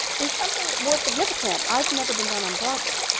there's something more significant. i've never been done on broadway.